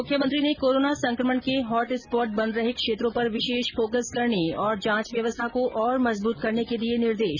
मुख्यमंत्री ने कोरोना संक्रमण के हॉट स्पॉट बन रहे क्षेत्रों पर विशेष फोकस करने और जांच व्यवस्था को और मजबूत करने के दिए निर्देश